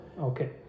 okay